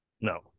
No